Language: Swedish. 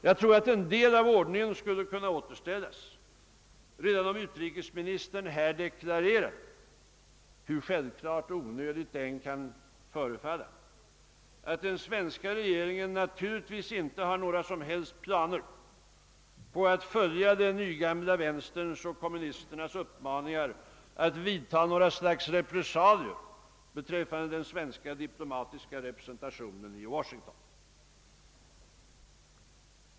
Jag tror att en del av ordningen skul le kunna återställas redan om utrikesministern deklarerade — hur självklart och onödigt det än kan förefalla — att den svenska regeringen naturligtvis inte har några som helst planer på att följa den nygamla vänsterns och kommunisternas uppmaningar att vidta några slags repressalier beträffande den svenska diplomatiska representationen i Washington.